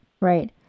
right